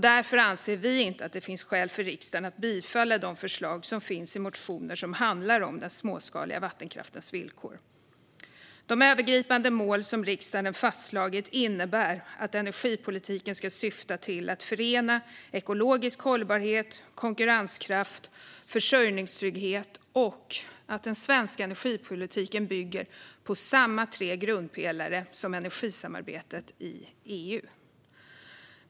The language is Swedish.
Därför anser vi inte att det finns skäl för riksdagen att bifalla de förslag som finns i motioner som handlar om den småskaliga vattenkraftens villkor. De övergripande mål som riksdagen har fastslagit innebär att energipolitiken ska syfta till att förena ekologisk hållbarhet, konkurrenskraft och försörjningstrygghet samt att den svenska energipolitiken bygger på samma tre grundpelare som energisamarbetet i EU.